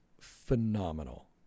phenomenal